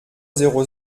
zéro